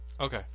Okay